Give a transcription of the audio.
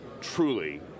truly